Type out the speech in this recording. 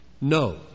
No